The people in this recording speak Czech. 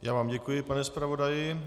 Já vám děkuji, pane zpravodaji.